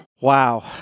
Wow